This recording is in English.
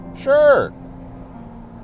sure